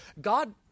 God